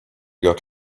got